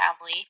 family